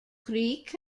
creek